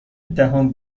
دهم